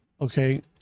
Okay